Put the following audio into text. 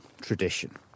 tradition